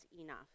enough